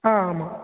ஆ ஆமாம்